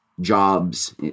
jobs